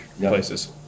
places